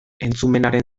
entzumenaren